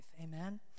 Amen